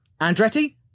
Andretti